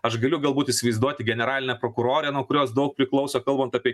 aš galiu galbūt įsivaizduoti generalinę prokurorę nuo kurios daug priklauso kalbant apie